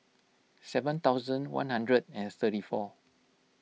seven thousand one hundred and thirty four